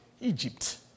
Egypt